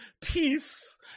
peace